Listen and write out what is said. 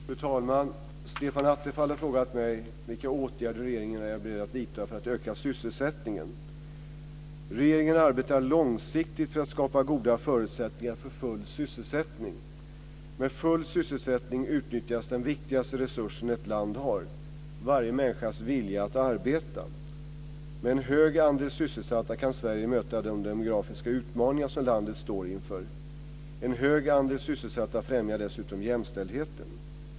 Fru talman! Stefan Attefall har frågat vilka åtgärder regeringen är beredd att vidta för att öka sysselsättningen. Regeringen arbetar långsiktigt för att skapa goda förutsättningar för full sysselsättning. Med full sysselsättning utnyttjas den viktigaste resursen som ett land har - varje människas vilja att arbeta. Med en hög andel sysselsatta kan Sverige möta de demografiska utmaningar som landet står inför. En hög andel sysselsatta främjar dessutom jämställdheten.